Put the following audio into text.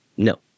No